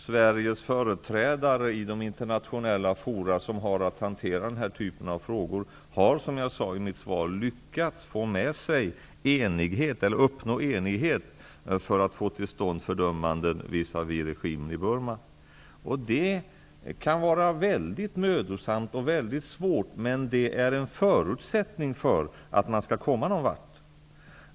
Sveriges företrädare i de internationella fora som har att hantera den här typen av frågor har, som jag sade i mitt svar, lyckats uppnå enighet för att få till stånd fördömanden visavi regimen i Burma. Det kan vara mycket mödosamt och mycket svårt, men det är en förutsättning för att man skall komma någon vart.